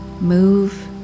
Move